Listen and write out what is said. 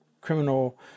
criminal